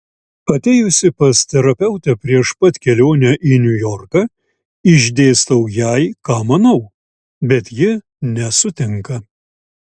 atėjusi pas terapeutę prieš pat kelionę į niujorką išdėstau jai ką manau bet ji nesutinka